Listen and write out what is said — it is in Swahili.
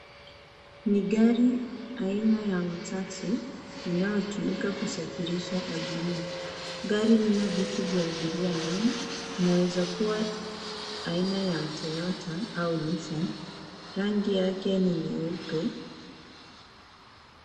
Ni gari aina ya matatu inayotumika kusafirisha abiria gari lina viti vya abiria ndani inaeza kuwa aina ya Toyota au Nissan. Rangi yake ni yake ni nyeupe.